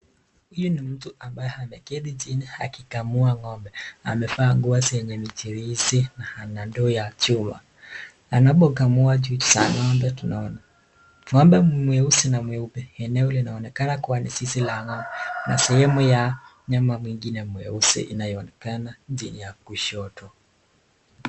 Huyu ni mtu ambaye ameketi chini akikamua ng'ombe amevaa nguo zenye michelezi na ndoo ya chuma. Anapokamua chuchu za ng'ombe tunaona ng'ombe mweusi na mweupe ,eneo linaonekana kuwa ni zizi la ng'ombe na sehemu ya mnyama mwingine mweusi inayoonekana chini ya kushoto.